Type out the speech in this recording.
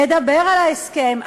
לדבר על ההסכם,